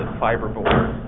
fiberboard